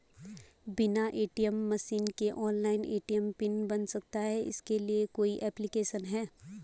बिना ATM machine के online ATM pin बन सकता है इसके लिए कोई ऐप्लिकेशन है?